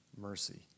mercy